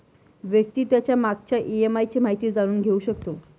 व्यक्ती त्याच्या मागच्या ई.एम.आय ची माहिती जाणून घेऊ शकतो